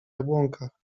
jabłonkach